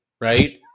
right